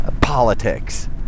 politics